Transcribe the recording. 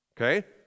Okay